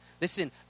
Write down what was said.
Listen